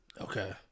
okay